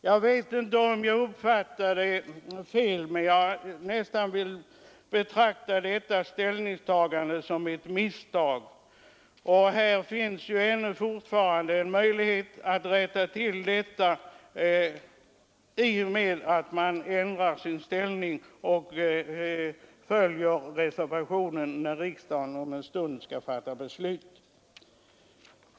Jag vet inte om jag uppfattat rätt, men jag vill nästan betrakta detta ställningstagande som ett misstag. Men man har fortfarande möjlighet att rätta till detta och stödja reservationen när riksdagen om en stund fattar beslut.